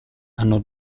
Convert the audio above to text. hanno